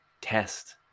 test